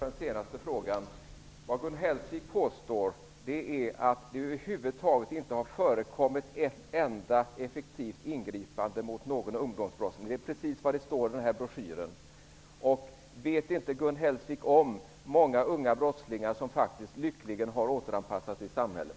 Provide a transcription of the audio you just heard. Fru talman! Vad Gun Hellsvik påstår är att det över huvud taget inte har förekommit ett enda effektivt ingripande mot någon ungdomsbrottsling. Det är precis vad som står i den här broschyren. Vet inte Gun Hellsvik om att många unga brottslingar faktiskt lyckligen har återanpassats i samhället?